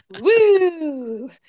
Woo